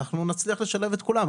אנחנו נצליח לשלב את כולם.